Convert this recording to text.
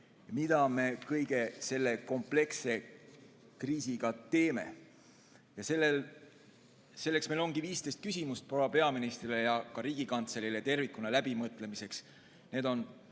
Mida me kogu selle kompleksse kriisiga teeme? Seetõttu meil ongi 15 küsimust proua peaministrile ja Riigikantseleile tervikuna läbimõtlemiseks. Need on